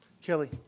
Kelly